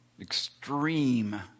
extreme